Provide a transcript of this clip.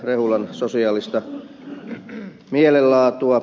rehulan sosiaalista mielenlaatua